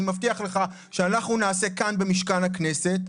אני מבטיח לך שאנחנו נעשה כאן במשכן הכנסת.